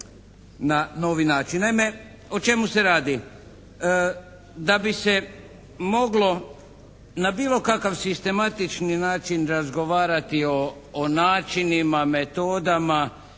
na novi način. Naime o čemu se radi. Da bi se moglo na bilo kakav sistematični način razgovarati o načinima, metodama